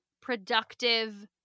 productive